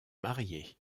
marié